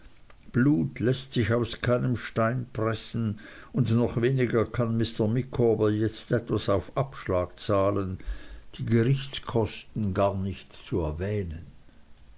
blut läßt sich aus keinem stein pressen und noch weniger kann mr micawber jetzt etwas auf abschlag zahlen die gerichtskosten gar nicht zu erwähnen